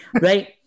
Right